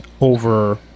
over